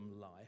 life